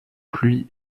pluies